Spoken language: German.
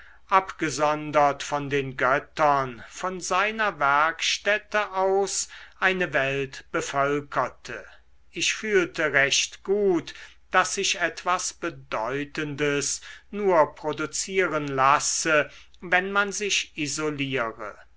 abgesondert von den göttern von seiner werkstätte aus eine welt bevölkerte ich fühlte recht gut daß sich etwas bedeutendes nur produzieren lasse wenn man sich isoliere